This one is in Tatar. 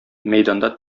мәйданда